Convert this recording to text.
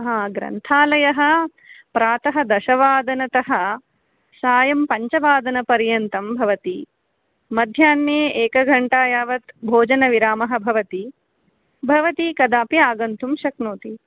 हां ग्रन्थालयः प्रातः दशवादनतः सायं पञ्चवादनपर्यन्तं भवति मध्याह्ने एकघण्टायावत् भोजनविरामः भवति भवती कदापि आगन्तुं शक्नोति